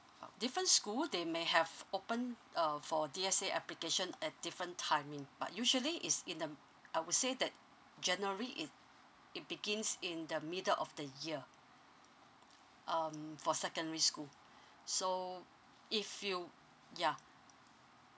uh different school they may have open uh for D_S_A application at different timing but usually is in the I would say that january it it begins in the middle of the year um for secondary school so if you ya